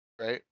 right